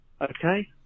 Okay